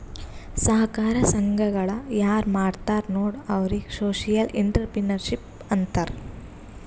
ಸಹಕಾರ ಸಂಘಗಳ ಯಾರ್ ಮಾಡ್ತಾರ ನೋಡು ಅವ್ರಿಗೆ ಸೋಶಿಯಲ್ ಇಂಟ್ರಪ್ರಿನರ್ಶಿಪ್ ಅಂತಾರ್